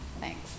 thanks